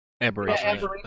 Aberration